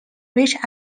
which